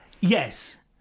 Yes